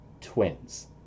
twins